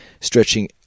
stretching